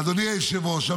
אדוני היושב-ראש,